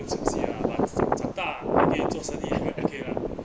but 出息 ah 张长大还可以做生意 okay lah